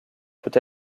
peut